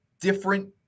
different